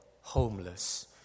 homeless